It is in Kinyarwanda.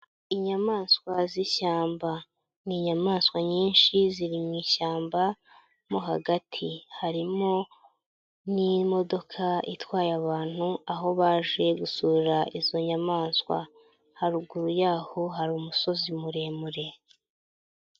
Inyamaswa z'ishyamba, ni inyamaswa nyinshi ziri mu ishyamba mo hagati, harimo n'imodoka itwaye abantu aho baje gusura izo nyamaswa, haruguru y'aho hari umusozi muremure.